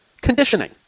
conditioning